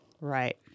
right